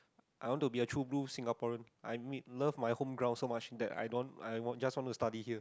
I want to be a true blue Singaporean I need love my home ground so much that I don't I want just to study here